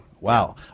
Wow